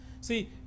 See